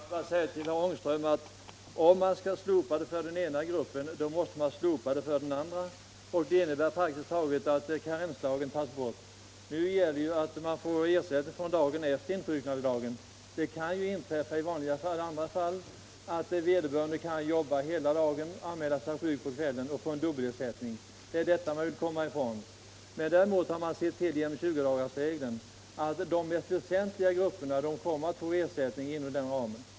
Herr talman! Jag vill bara säga till herr Ångström att om man skall slopa regeln för den ena gruppen, måste man slopa den också för den andra gruppen, och det skulle praktiskt taget innebära att karensdagen togs bort. Nu gäller det ju att ersättning utgår fr.o.m. dagen efter insjuknandedagen, men det kan ju inträffa andra fall, när vederbörande först kan arbeta hela dagen och sedan anmäler sig sjuk på kvällen och därigenom får dubbel ersättning. Det är detta man har velat komma ifrån. Däremot medför 20 dagarsregeln att de mest väsentliga grupperna kommer att få ersättning inom den ramen.